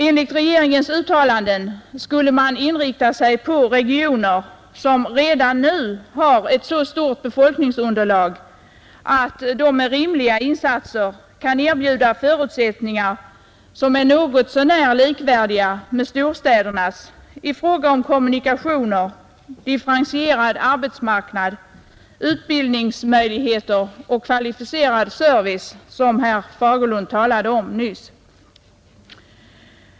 Enligt regeringens uttalanden skulle man inrikta sig på regioner, som redan nu har ett så stort befolkningsunderlag, att de med rimliga insatser kan erbjuda förutsättningar, som är något så när likvärdiga med storstädernas i fråga om kommunikationer, differentierad arbetsmarknad, utbildningsmöjligheter och kvalificerad service som herr Fagerlund nyss talade om.